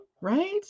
right